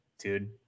dude